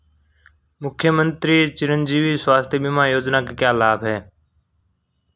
मुख्यमंत्री चिरंजी स्वास्थ्य बीमा योजना के क्या लाभ हैं?